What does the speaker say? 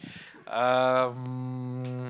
um